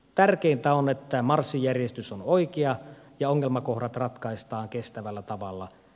tärkeintä on että marssijärjestys on oikea ja ongelmakohdat ratkaistaan kestävällä tavalla